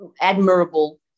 admirable